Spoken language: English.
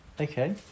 Okay